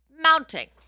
mounting